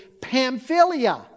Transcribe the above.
Pamphylia